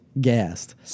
gassed